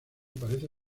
parece